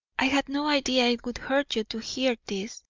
i had no idea it would hurt you to hear this.